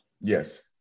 Yes